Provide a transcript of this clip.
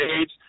age